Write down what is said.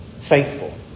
faithful